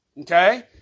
Okay